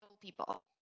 people